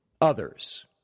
others